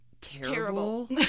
terrible